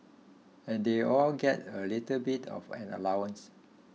and they all get a little bit of an allowance